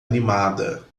animada